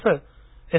असं एस